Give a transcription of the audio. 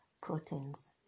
proteins